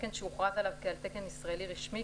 - תקן שהוכרז עליו כעל תקן ישראלי רשמי,